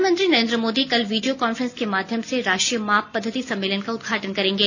प्रधानमंत्री नरेन्द्र मोदी कल video conference के माध्यम से राष्ट्रीय माप पद्धति सम्मेलन का उदघाटन करेंगे